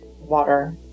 water